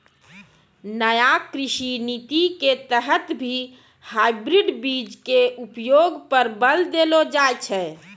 नया कृषि नीति के तहत भी हाइब्रिड बीज के उपयोग पर बल देलो जाय छै